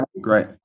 Great